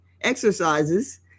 exercises